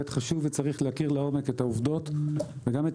חשוב וצריך להכיר לעומק את העובדות וגם את